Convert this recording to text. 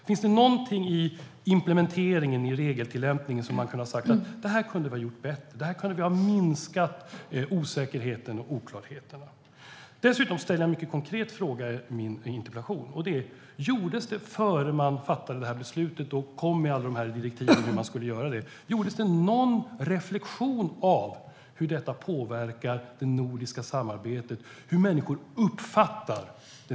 Finns det något i implementeringen, regeltillämpningen, som man kunde ha sagt kunde ha gjorts bättre, så att man kunde ha minskat osäkerheten och oklarheten? Dessutom ställde jag en mycket konkret fråga i min interpellation: Innan man fattade beslutet och utfärdade direktiven, gjordes det någon reflektion om hur detta påverkar det nordiska samarbetet och hur människor uppfattar det?